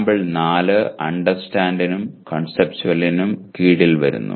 sample 4 അണ്ടർസ്റ്റാൻഡിനും കൺസെപ്ച്വലിനും കീഴിൽ വരുന്നു